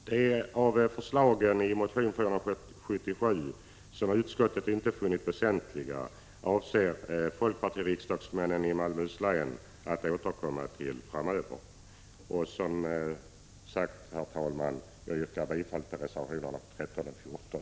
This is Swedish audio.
De av förslagen i motion 477 som utskottet inte har funnit väsentliga avser folkpartiriksdagsmännen i Malmöhus län att återkomma till framöver. Jag yrkar, herr talman, alltså bifall till reservationerna 13 och 14.